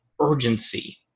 urgency